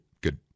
good –